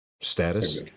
Status